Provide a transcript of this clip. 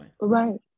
Right